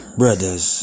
brothers